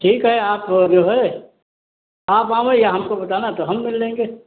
ठीक है आप जो है आप आवैं या हमको बताना तो हम मिल लेंगे